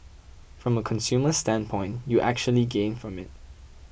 from a consumer standpoint you actually gain from it